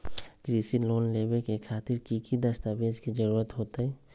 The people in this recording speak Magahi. कृषि लोन लेबे खातिर की की दस्तावेज के जरूरत होतई?